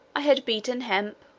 i had beaten hemp,